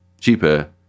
cheaper